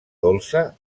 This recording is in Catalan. dolça